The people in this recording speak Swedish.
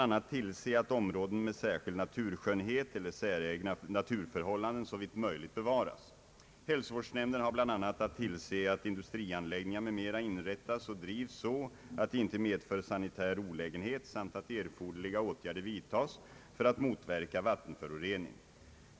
a, tillse att områden med särskild naturskönhet eller säregna naturförhållanden såvitt möjligt bevaras. Hälsovårdsnämnden har bl.a. att tillse att industrianläggningar m.m. inrättas och drivs så att de inte medför sanitär olägenhet samt att erforderliga åtgärder vidtas för att motverka vattenförorening.